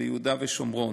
ביהודה ושומרון.